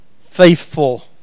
faithful